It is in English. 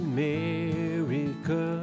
America